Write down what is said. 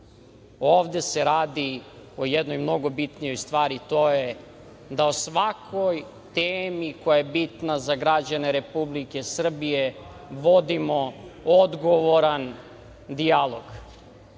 Ovde se radi jednoj mnogo bitnoj stvari, a to je da o svakoj temi koja je bitna za građane Republike Srbije vodimo odgovoran dijalog. Ovo